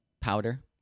powder